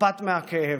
אכפת מהכאב.